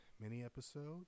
mini-episode